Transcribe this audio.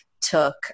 Took